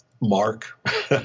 mark—